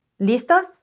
¿Listos